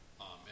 Amen